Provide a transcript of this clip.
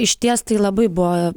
išties tai labai buvo